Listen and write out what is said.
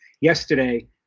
yesterday